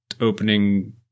opening